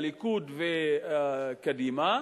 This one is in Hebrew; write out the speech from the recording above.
הליכוד וקדימה,